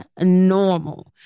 normal